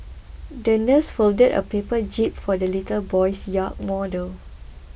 the nurse folded a paper jib for the little boy's yacht model